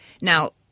Now